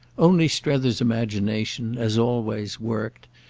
only strether's imagination, as always, worked,